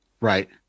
Right